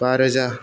बारोजा